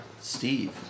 Steve